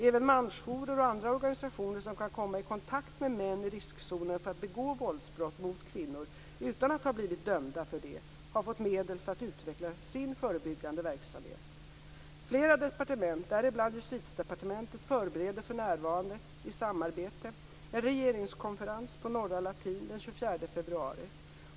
Även mansjourer och andra organisationer som kan komma i kontakt med män i riskzonen för att begå våldsbrott mot kvinnor utan att ha blivit dömda för det, har fått medel för att utveckla sin förebyggande verksamhet. Flera departement, däribland Justitiedepartementet, förbereder för närvarande i samarbete en regeringskonferens på Norra Latin den 24 februari.